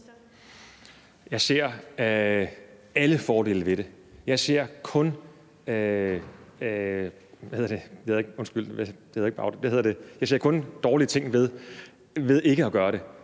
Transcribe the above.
Jeg ser alle fordele ved det. Jeg ser kun dårlige ting ved ikke at gøre det,